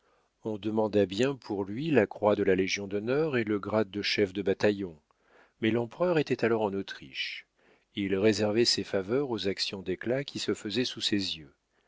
on demanda bien pour lui la croix de la légion d'honneur et le grade de chef de bataillon mais l'empereur était alors en autriche il réservait ses faveurs aux actions d'éclat qui se faisaient sous ses yeux